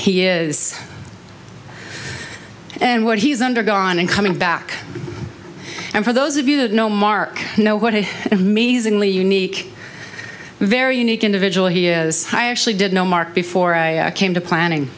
he is and what he's undergone and coming back and for those of you know mark know what a maze in lee unique very unique individual he is actually did know mark before i came to planning